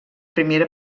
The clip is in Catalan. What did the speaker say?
primera